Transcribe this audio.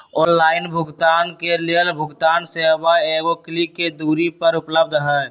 online भुगतान के लेल भुगतान सेवा एगो क्लिक के दूरी पर उपलब्ध हइ